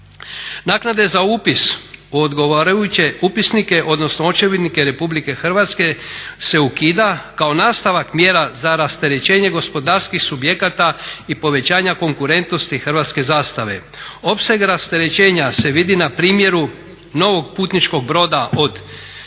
Naknade za upis u odgovarajuće upisnike, odnosno očevidnike Republike Hrvatske se ukida kao nastavak mjera za rasterećenje gospodarskih subjekata i povećanja konkurentnosti hrvatske zastave. Opseg rasterećenja se vidi na primjeru novog putničkog broda od primjerice